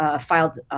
filed